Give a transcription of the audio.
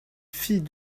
filles